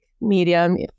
medium